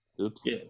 Oops